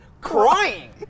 crying